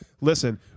listen